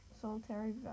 solitary